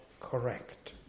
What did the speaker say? correct